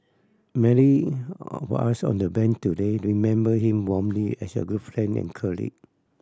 many of us on the Bench today remember him warmly as a good friend and colleague